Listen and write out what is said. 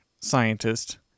scientist